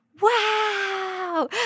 wow